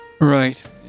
Right